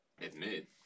Admit